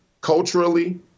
culturally